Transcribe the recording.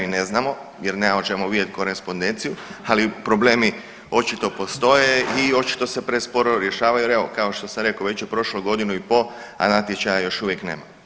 Ne znamo jer ne možemo vidjet korespondenciju, ali problemi očito postoje i očito se presporo rješavaju jer evo kao što sam rekao već je prošlo godinu i pol, a natječaja još uvijek nema.